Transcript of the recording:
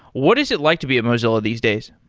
what is it like to be at mozilla these days?